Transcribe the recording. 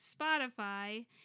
Spotify